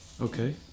Okay